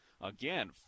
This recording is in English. again